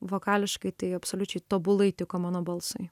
vokališkai tai absoliučiai tobulai tiko mano balsui